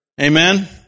Amen